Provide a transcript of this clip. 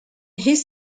his